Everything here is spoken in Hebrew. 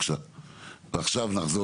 עכשיו נחזור